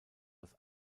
das